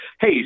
hey